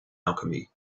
alchemy